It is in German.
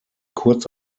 kurz